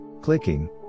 clicking